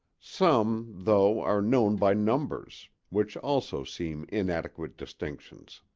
some, though, are known by numbers, which also seem inadequate distinctions.